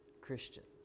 Christians